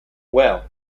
well